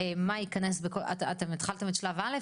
מה ייכנס בכל, אתם התחלתם את שלב א'?